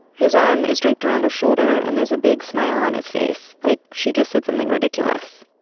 his arm is draped around her shoulder, and there's a big smile on his face like she just said something ridiculous.